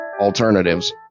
alternatives